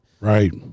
Right